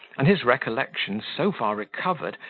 and his recollection so far recovered,